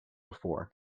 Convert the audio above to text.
before